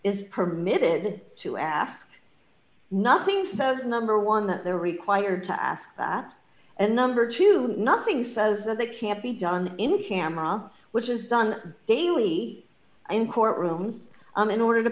is permitted to ask nothing says number one that they're required to ask that and number two nothing says that they can't be done in camera which is done daily in court rooms in order to